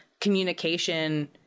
communication